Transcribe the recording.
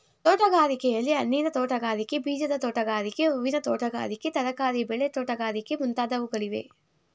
ತೋಟಗಾರಿಕೆಯಲ್ಲಿ, ಹಣ್ಣಿನ ತೋಟಗಾರಿಕೆ, ಬೀಜದ ತೋಟಗಾರಿಕೆ, ಹೂವಿನ ತೋಟಗಾರಿಕೆ, ತರಕಾರಿ ಬೆಳೆ ತೋಟಗಾರಿಕೆ ಮುಂತಾದವುಗಳಿವೆ